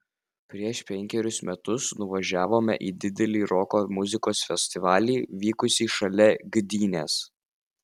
prieš penkerius metus nuvažiavome į didelį roko muzikos festivalį vykusį šalia gdynės